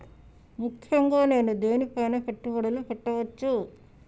ముఖ్యంగా నేను దేని పైనా పెట్టుబడులు పెట్టవచ్చు?